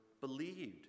believed